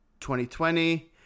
2020